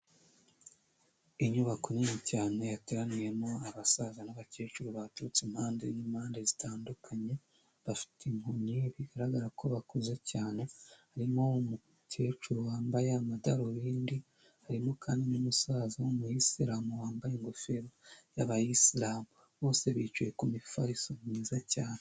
Inyubako nini cyane yateraniyemo abasaza n'abakecuru baturutse impande n'impande zitandukanye, bafite inkoni bigaragara ko bakuze cyane, harimo umukecuru wambaye amadarubindi, harimo kandi n'umusaza w'umuyisilamu wambaye ingofero y'abayisilamu bose bicaye ku mifariso myiza cyane.